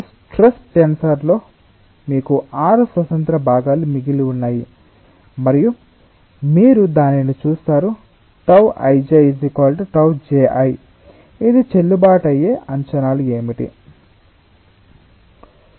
కాబట్టి ఈ స్ట్రెస్ టెన్సర్లో మీకు ఆరు స్వతంత్ర భాగాలు మిగిలి ఉన్నాయి మరియు మీరు దానిని చూస్తారు τ ij τ ji ఇది చెల్లుబాటు అయ్యే అంచనాలు ఏమిటి